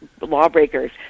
lawbreakers